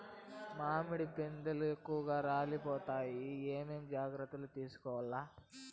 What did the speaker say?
మామిడి పిందెలు ఎక్కువగా రాలిపోతాయి ఏమేం జాగ్రత్తలు తీసుకోవల్ల?